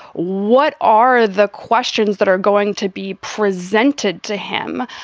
what are the questions that are going to be presented to him?